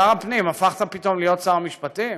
שר הפנים, הפכת להיות פתאום שר המשפטים?